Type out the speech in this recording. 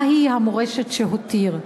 מהי המורשת שהותיר.